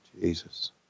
Jesus